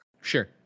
Sure